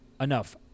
Enough